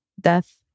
death